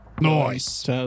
Nice